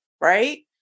Right